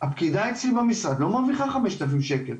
הפקידה אצלי במשרד לא מרוויחה חמשת אלפים שקל.